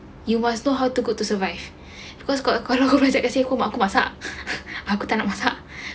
you must know how to cook to survive because kalau kau cakap home mak aku masak aku tak nak masak